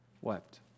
wept